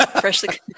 Freshly